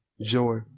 joy